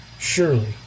surely